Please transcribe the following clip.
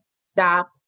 stop